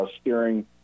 steering